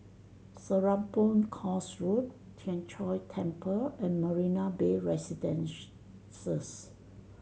Serapong Course Road Tien Chor Temple and Marina Bay Residences